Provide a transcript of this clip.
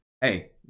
hey